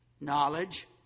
knowledge